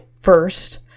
first